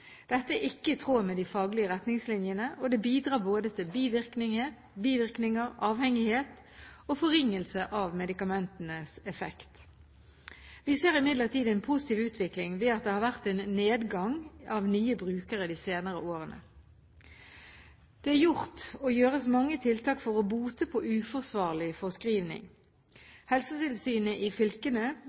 Dette er ikke i tråd med de faglige retningslinjene, og det bidrar både til bivirkninger, avhengighet og forringelse av medikamentenes effekt. Vi ser imidlertid en positiv utvikling ved at det har vært en nedgang av nye brukere de senere årene. Det er gjort, og gjøres, mange tiltak for å bote på uforsvarlig forskrivning. Helsetilsynet i fylkene